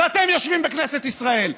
ואתם יושבים בכנסת ישראל.